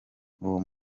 uwo